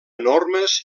normes